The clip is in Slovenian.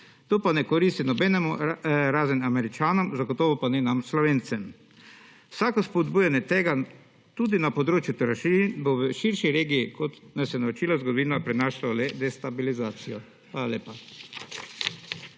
to pa ne koristi nobenemu razen Američanom zagotovo pa ne nam Slovencem. Vsako spodbujanje tega tudi na področju trošarin bo v širši regiji kot nas je naučila zgodovina prineslo le destabilizacijo. Hvala lepa.